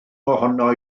ohono